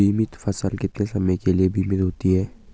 बीमित फसल कितने समय के लिए बीमित होती है?